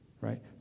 right